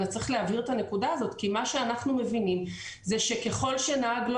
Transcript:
צריך להבהיר את הנקודה הזאת כי מה שאנחנו מבינים זה שככל שנהג לא